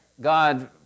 God